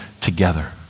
together